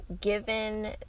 given